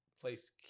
place